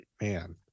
man